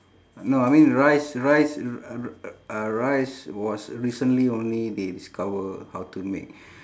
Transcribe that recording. no I mean rice rice r~ uh r uh rice was recently only they discover how to make